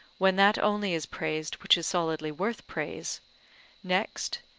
when that only is praised which is solidly worth praise next,